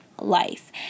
life